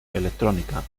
electrónica